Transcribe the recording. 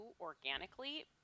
organically